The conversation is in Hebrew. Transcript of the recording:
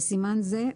בסימן זה,